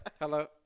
Hello